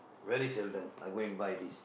very seldom I go and buy this